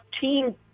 team